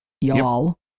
y'all